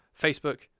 facebook